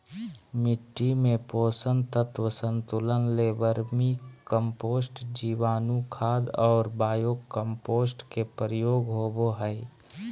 मिट्टी में पोषक तत्व संतुलन ले वर्मी कम्पोस्ट, जीवाणुखाद और बायो कम्पोस्ट के प्रयोग होबो हइ